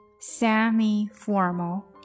Semi-formal